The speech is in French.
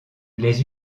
les